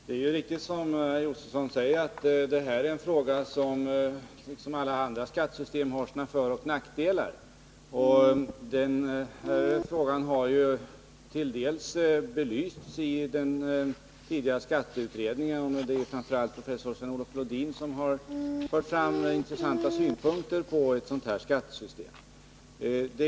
Fru talman! Det är riktigt som herr Josefson säger att en utgiftsskatt liksom alla andra skattesystem har sina föroch nackdelar. Frågan har belysts i en tidigare skatteutredning, och framför allt Sven-Olof Lodin har fört fram intressanta synpunkter på ett sådant skattesystem.